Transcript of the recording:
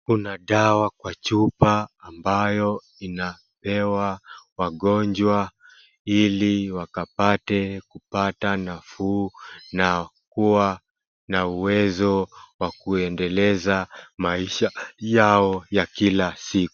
Kuna dawa kwa chupa ambayo inapewa wagonjwa ili wakapate kupata nafuu na kuwa na uwezo wa kuendeleza maisha yao ya kila siku.